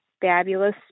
fabulous